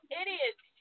idiots